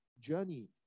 journey